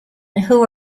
who